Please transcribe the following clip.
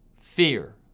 fear